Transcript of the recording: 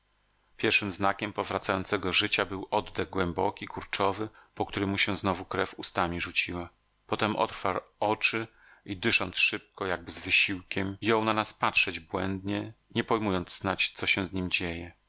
pierwszym znakiem powracającego życia był oddech głęboki kurczowy po którym mu się znowu krew ustami rzuciła potem otwarł oczy i dysząc szybko jakby z wysiłkiem jął na nas patrzeć błędnie nie pojmując snadź co się z nim dzieje